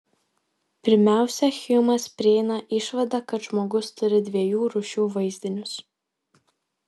pirmiausia hjumas prieina išvadą kad žmogus turi dviejų rūšių vaizdinius